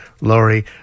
Laurie